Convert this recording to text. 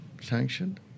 sanctioned